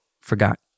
forgot